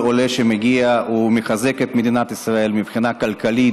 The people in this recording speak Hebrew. כל עולה שמגיע מחזק את מדינת ישראל מבחינה כלכלית,